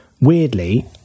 weirdly